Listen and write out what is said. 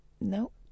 Nope